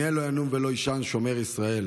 הנה לא ינום ולא יישן שומר ישראל.